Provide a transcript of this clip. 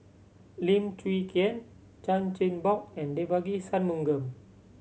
Lim Chwee Chian Chan Chin Bock and Devagi Sanmugam